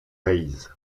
rays